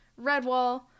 redwall